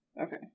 Okay